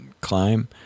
climb